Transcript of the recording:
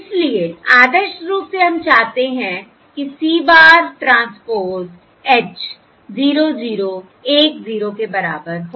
इसलिए आदर्श रूप से हम चाहते हैं कि C bar ट्रांसपोज़ H 0 0 1 0 के बराबर हो